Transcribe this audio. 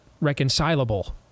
reconcilable